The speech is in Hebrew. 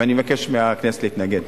ואני מבקש מהכנסת להתנגד.